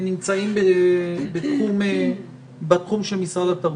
שנמצאים בתחום של משרד התרבות.